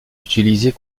utilisées